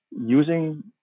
using